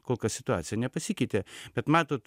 kol kas situacija nepasikeitė bet matot